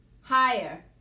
higher